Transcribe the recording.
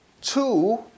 two